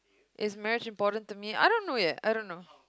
is marriage important to me I don't know yet I don't know